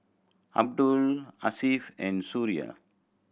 Abdullah Hasif and Suria